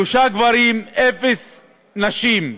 שלושה גברים, אפס נשים,